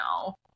no